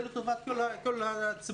זה לטובת כל הציבור.